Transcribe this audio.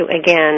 again